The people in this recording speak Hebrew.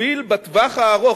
יובילו בטווח הארוך,